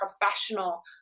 professional